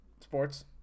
Sports